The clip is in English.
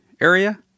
area